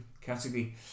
category